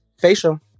Facial